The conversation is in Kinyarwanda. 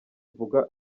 mvuga